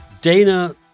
Dana